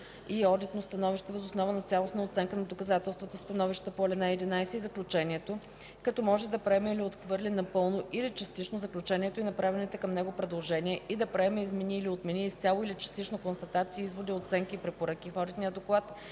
и одитно становище въз основа на цялостна оценка на доказателствата, становищата по ал. 11 и заключението, като може да приеме или отхвърли напълно или частично заключението и направените към него предложения и да приеме, измени или отмени изцяло или частично констатации, изводи, оценки и препоръки в одитния доклад